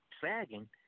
sagging